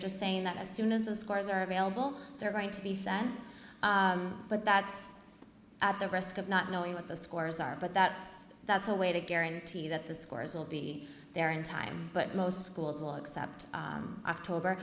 just saying that as soon as those scores are available they're going to be sent but that's at the risk of not knowing what the scores are but that's that's a way to guarantee that the scores will be there in time but most schools will accept october